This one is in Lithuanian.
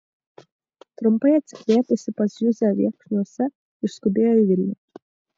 trumpai atsikvėpusi pas juzę viekšniuose išskubėjo į vilnių